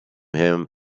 him